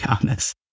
honest